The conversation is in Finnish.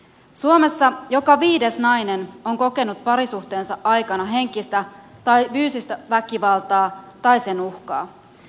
suomessa joka viides nainen on kokenut parisuhteensa aikana henkistä tai fyysistä väkivaltaa tai sen uhkaa